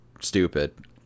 stupid